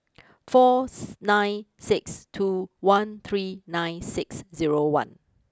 fourth nine six two one three nine six zero one